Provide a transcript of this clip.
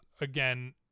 again